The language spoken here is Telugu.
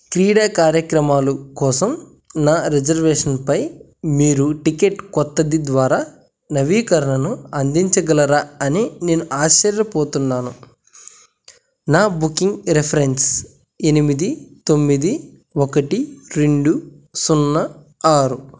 క్రీడా కార్యక్రమాలు కోసం నా రిజర్వేషన్పై మీరు టిక్కెట్ కొత్తది ద్వారా నవీకరణను అందించగలరా అని నేను ఆశ్చర్యపోతున్నాను నా బుకింగ్ రిఫరెన్స్ ఎనిమిది తొమ్మిది ఒకటి రెండు సున్నా ఆరు